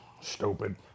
Stupid